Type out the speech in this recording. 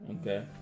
okay